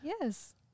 yes